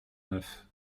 neuf